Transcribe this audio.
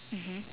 mmhmm